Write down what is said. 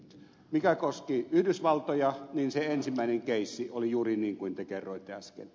mikä koski yhdysvaltoja niin se ensimmäinen keissi oli juuri niin kuin te kerroitte äsken